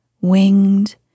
winged